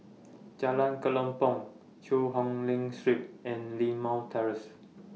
Jalan Kelempong Cheang Hong Lim Street and Limau Terrace